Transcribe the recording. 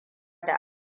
da